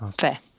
fair